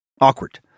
awkward